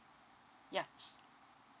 yeah